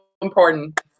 important